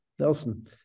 Nelson